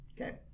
Okay